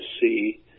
see